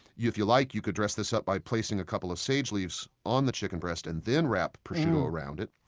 if you like, you could dress this up by placing a couple of sage leaves on the chicken breast and then wrap prosciutto around it.